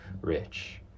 rich